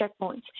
checkpoints